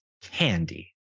Candy